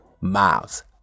Miles